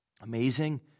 amazing